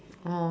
oh